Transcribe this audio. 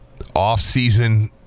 offseason